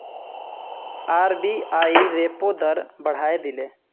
RBI repo दर बढ़ाए दिले